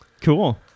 Cool